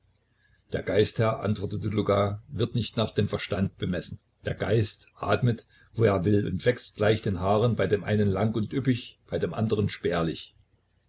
der geist herr antwortete luka wird nicht nach dem verstande bemessen der geist atmet wo er will und wächst gleich dem haar bei dem einen lang und üppig und bei dem andern spärlich